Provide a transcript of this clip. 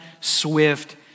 swift